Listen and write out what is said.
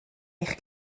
eich